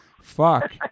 Fuck